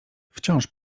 wciąż